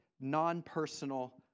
non-personal